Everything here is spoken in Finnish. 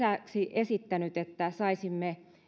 lisäksi esittänyt sitä että saisimme